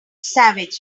savagery